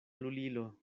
lulilo